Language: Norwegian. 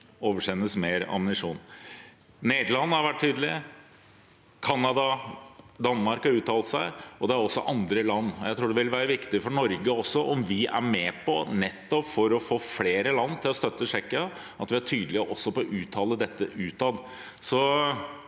vil oversendes mer ammunisjon. Nederland har vært tydelig, Canada og Danmark har uttalt seg, og det har også andre land. Jeg tror det vil være viktig for Norge også om vi er med, nettopp for å få flere land til å støtte Tsjekkia, og at vi også er tydelige på å uttale dette utad.